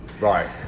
Right